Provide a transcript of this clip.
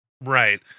right